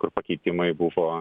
kur pakeitimai buvo